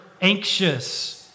anxious